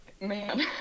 man